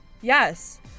Yes